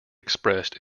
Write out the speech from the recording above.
expressed